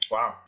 Wow